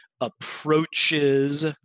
approaches